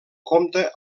compte